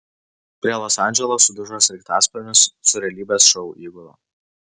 prie los andželo sudužo sraigtasparnis su realybės šou įgula